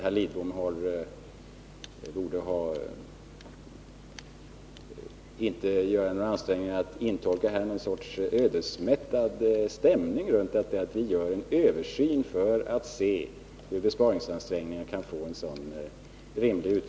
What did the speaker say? Jag tror inte att herr Lidbom skall anstränga sig att skapa någon ödesmättad stämning utifrån det förhållandet.